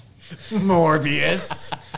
Morbius